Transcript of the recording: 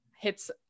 hits